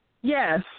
Yes